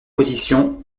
position